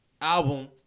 album